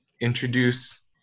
introduce